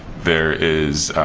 there is.